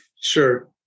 sure